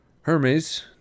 Hermes